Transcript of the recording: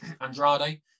Andrade